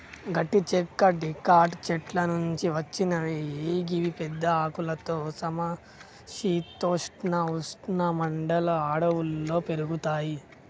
గట్టి చెక్క డికాట్ చెట్ల నుంచి వచ్చినవి గివి పెద్ద ఆకులతో సమ శీతోష్ణ ఉష్ణ మండల అడవుల్లో పెరుగుతయి